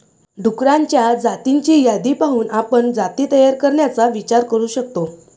डुक्करांच्या जातींची यादी पाहून आपण जाती तयार करण्याचा विचार करू शकतो